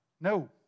no